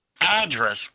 address